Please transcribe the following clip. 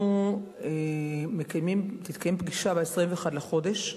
תתקיים פגישה ב-21 בחודש,